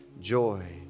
joy